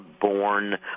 born